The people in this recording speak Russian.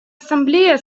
ассамблея